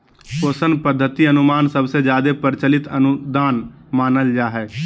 पोषण पद्धति अनुमान सबसे जादे प्रचलित अनुदान मानल जा हय